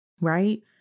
Right